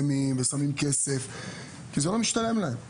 במסלול ולהתחרות והשני עם רישוי שמותר לו לנוע בכל